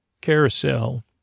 carousel